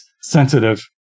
sensitive